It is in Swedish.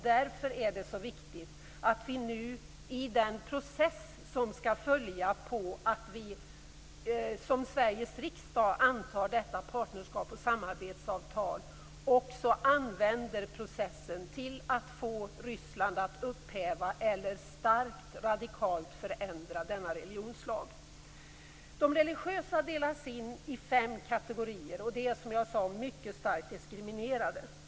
Därför är det så viktigt att vi nu i den process som skall följa på att Sveriges riksdag antar detta partnerskaps och samarbetsavtal också använder processen till att få Ryssland att upphäva eller radikalt förändra denna religionslag. De religiösa delas in i fem kategorier, och det är, som jag sade, starkt diskriminerande.